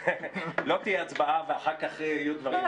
לא תהיה הצבעה ואחר כך יהיו דברים.